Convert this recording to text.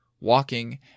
walking